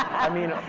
i mean,